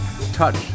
Touch